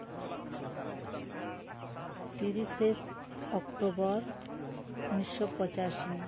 ᱛᱤᱨᱤᱥᱮ ᱚᱠᱴᱳᱵᱚᱨ ᱩᱱᱤᱥᱥᱚ ᱯᱚᱸᱪᱟᱥᱤ